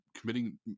committing